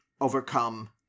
overcome